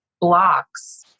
blocks